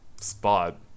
spot